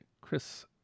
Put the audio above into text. Chris